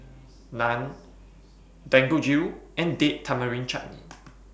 Naan Dangojiru and Date Tamarind Chutney